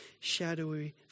shadowy